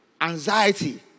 anxiety